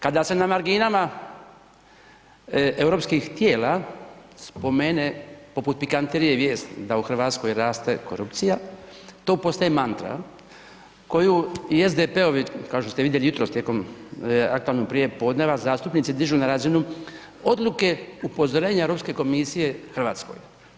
Kada se na marginama europskih tijela spomene poput pikantarije vijest da u Hrvatskoj raste korupcija to postaje mantra koju i SDP-ovi, kao što ste vidjeli jutros tijekom aktualnog prijepodneva zastupnici dižu na razinu odluke upozorenja Europske komisije Hrvatskoj.